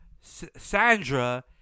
Sandra